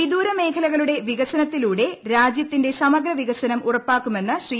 വിദൂര മേഖലകളുടെ വികസനത്തിലൂടെ രാജ്യത്തിന്റെ സമഗ്ര വികസനം ഉറപ്പാക്കുമെന്ന് ശ്രീ